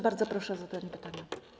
Bardzo proszę o zadanie pytania.